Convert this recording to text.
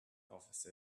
office